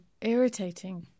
irritating